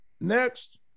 next